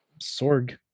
Sorg